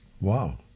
Wow